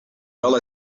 well